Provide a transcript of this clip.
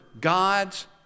God's